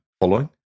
following